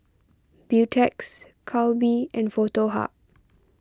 Beautex Calbee and Foto Hub